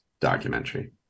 documentary